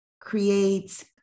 creates